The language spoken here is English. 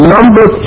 Number